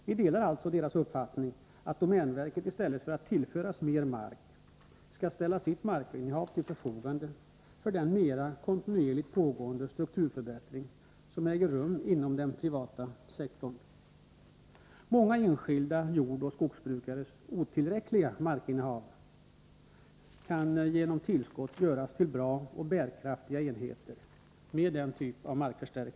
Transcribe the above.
Vi delar alltså centerpartiets uppfattning att domänverket i stället för att tillföras mer mark skall ställa sitt markinnehav till förfogande för den mera kontinuerligt pågående strukturförbättring som äger rum inom den privata sektorn. Många enskilda jordoch skogsbrukares otillräckliga markinnehav kan med en sådan markförstärkning göras till bra och bärkraftiga enheter.